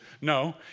No